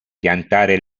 piantare